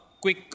quick